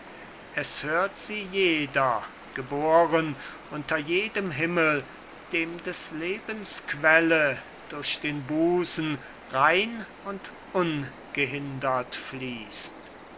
es hört sie jeder geboren unter jedem himmel dem des lebens quelle durch den busen rein und ungehindert fließt